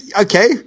Okay